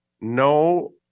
No